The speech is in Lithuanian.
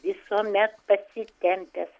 visuomet pasitempęs